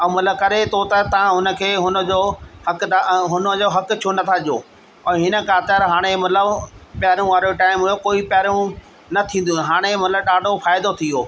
ऐं मतलबु करे थो त तव्हां हुनखे हुनजो हक़ु त हक़ु त छो नथा ॾियो ऐं हिन ख़ातिरि हाणे मतलबु पहिरों वारो टाइम उहो कोई पहिरियों न थींदी हुयूं हाणे मतलबु ॾाढो फ़ाइदो थी वियो